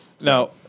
Now